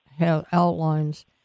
outlines